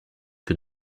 que